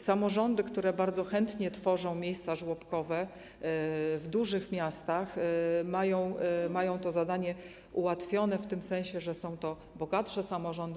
Samorządy, które bardzo chętnie tworzą miejsca żłobkowe, w dużych miastach mają to zadanie ułatwione w tym sensie, że są to bogatsze samorządy.